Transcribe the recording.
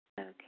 Okay